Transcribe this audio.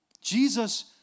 Jesus